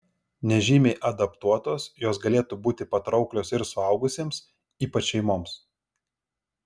nežymiai adaptuotos jos galėtų būti patrauklios ir suaugusiesiems ypač šeimoms